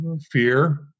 Fear